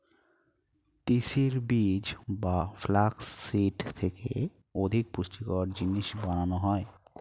তিসির বীজ বা ফ্লাক্স সিড থেকে অধিক পুষ্টিকর জিনিস বানানো হয়